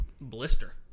blister